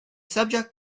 subject